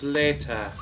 later